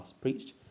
preached